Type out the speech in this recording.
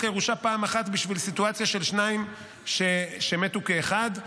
הירושה פעם אחת בשביל סיטואציה של שניים שמתו כאחד,